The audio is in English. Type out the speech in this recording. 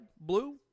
blue